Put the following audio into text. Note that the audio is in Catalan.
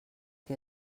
qui